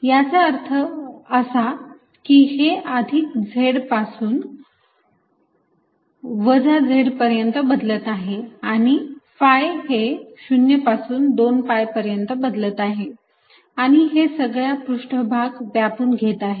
याचा अर्थ असा की हे अधिक Z पासून वजा Z पर्यंत बदलत आहे आणि phi हे 0 पासून 2 pi पर्यंत बदलत आहे आणि ते हा सगळा पृष्ठभाग व्यापून घेत आहे